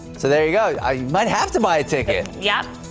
so they guy might have to buy a ticket yeah.